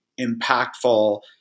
impactful